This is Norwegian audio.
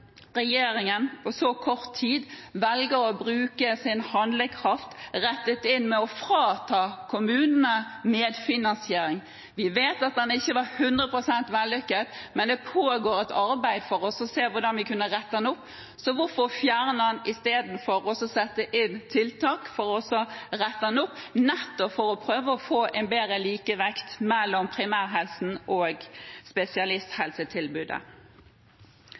regjeringen på så kort tid velger å bruke sin handlekraft til å frata kommunene medfinansiering. Vi vet at den ikke var 100 pst. vellykket, men det pågår et arbeid for også å se hvordan vi kunne rette den opp. Så hvorfor fjerne den i stedet for å sette inn tiltak for å rette den opp, nettopp for å prøve å få en bedre likevekt mellom primærhelsetjenesten og